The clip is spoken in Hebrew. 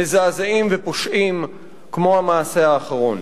מזעזעים ופושעים כמו המעשה האחרון.